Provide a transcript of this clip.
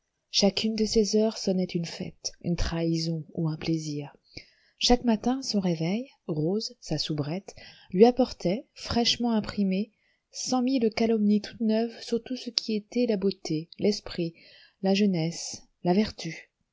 chacune de ses heures sonnait une fête une trahison ou un plaisir chaque matin à son réveil rose sa soubrette lui apportait fraîchement imprimées cent mille calomnies toutes neuves sur tout ce qui était la beauté l'esprit la jeunesse la vertu